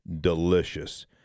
delicious